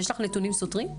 יש לך נתונים סותרים?